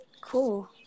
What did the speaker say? Cool